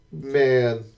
Man